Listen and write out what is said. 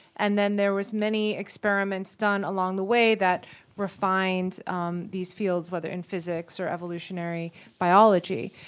and then there was many experiments done along the way that refined these fields, whether in physics or evolutionary biology.